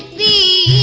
the